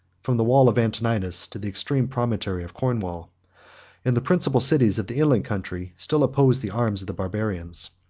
from the wall of antoninus to the extreme promontory of cornwall and the principal cities of the inland country still opposed the arms of the barbarians.